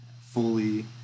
fully